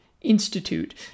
institute